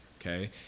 okay